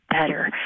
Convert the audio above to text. better